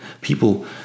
People